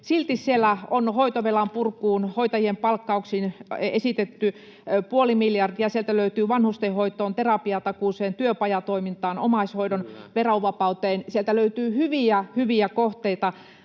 Silti siellä on hoitovelan purkuun, hoitajien palkkauksiin esitetty puoli miljardia, sieltä löytyy vanhustenhoitoon, terapiatakuuseen, työpajatoimintaan, omaishoidon verovapauteen — sieltä löytyy hyviä, hyviä kohteita.